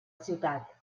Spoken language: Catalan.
ciutat